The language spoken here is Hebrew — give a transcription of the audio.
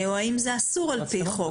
או אם זה אסור על פי חוק.